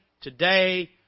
today